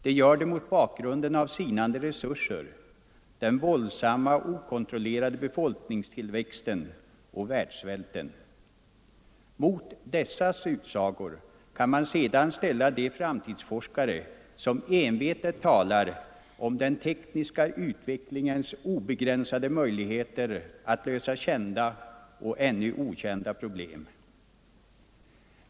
De gör det mot bakgrunden av sinande resurser, den våldsamma, okontrollerade befolkningstillväxten och världssvälten. Mot dessas utsagor kan man sedan ställa de framtidsforskare som envetet talar om den tekniska utvecklingens obegränsade möjligheter att lösa kända och ännu okända problem.